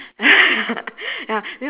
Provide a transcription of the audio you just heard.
ya the white goat opp~ opposite direction